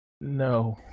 No